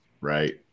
right